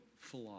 flaw